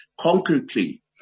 concretely